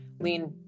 lean